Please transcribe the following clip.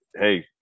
hey